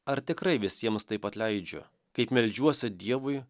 ar tikrai visiems taip atleidžiu kaip meldžiuosi dievui